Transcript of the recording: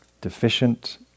deficient